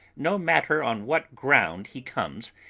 no matter on what ground he comes,